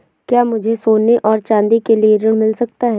क्या मुझे सोने और चाँदी के लिए ऋण मिल सकता है?